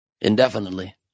indefinitely